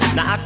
Now